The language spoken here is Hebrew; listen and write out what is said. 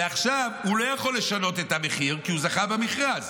ועכשיו הוא לא יכול לשנות את המחיר כי הוא זכה במכרז,